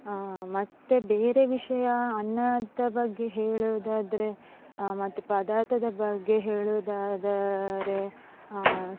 ಮತ್ತು ಬೇರೆ ವಿಷಯ ಅನ್ನದ ಬಗ್ಗೆ ಹೇಳುವುದಾದ್ರೆ ಮತ್ತು ಪದಾರ್ಥದ ಬಗ್ಗೆ ಹೇಳುವುದಾದರೆ